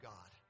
God